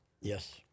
yes